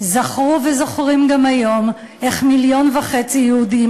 זכרו וזוכרים גם היום איך מיליון וחצי יהודים